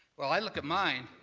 well, i look at mine,